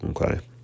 Okay